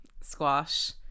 squash